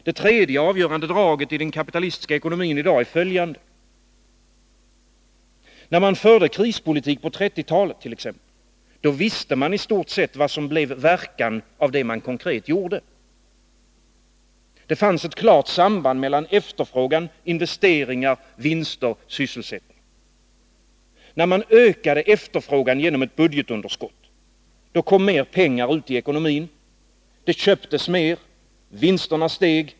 Det tredje avgörande draget i den kapitalistiska ekonomin i dag är följande. När man förde krispolitik på 1930-talet t.ex., visste man i stort sett vad som blev verkan av vad man konkret gjorde. Det fanns ett klart samband mellan efterfrågan, investeringar, vinster och sysselsättning. När man ökade efterfrågan genom ett budgetunderskott — då kom mer pengar ut i ekonomin. Det köptes mer. Vinsterna steg.